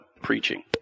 preaching